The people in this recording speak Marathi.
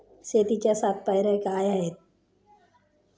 शेतीच्या सात पायऱ्या काय आहेत?